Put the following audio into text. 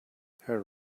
her